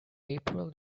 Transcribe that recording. april